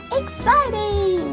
exciting